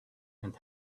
and